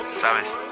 Sabes